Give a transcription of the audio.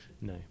No